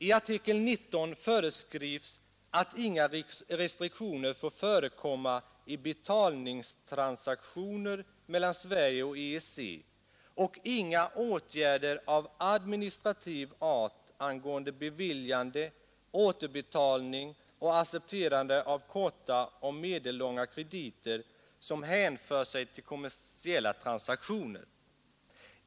I artikel 19 föreskrivs att inga restriktioner får förekomma i betalningstransaktioner mellan Sverige och EEC och inga åtgärder av administrativ art angående beviljande, återbetalning och accepterande av korta och medellånga krediter som hänför sig till kommersiella transaktioner.